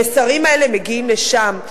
המסרים האלה מגיעים לשם,